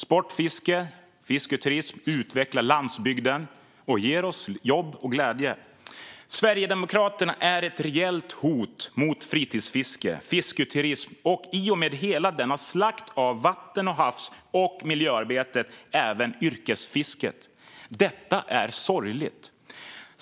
Sportfiske och fisketurism utvecklar landsbygden och ger oss jobb och glädje. Sverigedemokraterna är ett reellt hot mot fritidsfiske, fisketurism och, i och med hela denna slakt av vatten, havs och miljöarbete, även mot yrkesfisket. Detta är sorgligt.